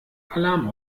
alarm